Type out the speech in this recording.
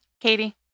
Katie